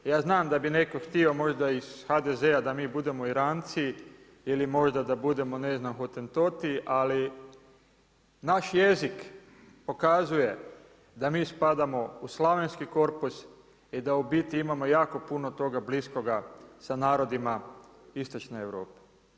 Ja znam da bi neko htio možda iz HDZ-a da mi budemo Iranci ili možda da budem ne znam Hotentoti, ali naš jezik pokazuje da mi spadamo u slavenski korpus i da u biti imamo jako puno toga bliskoga sa narodima Istočne Europe.